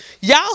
Y'all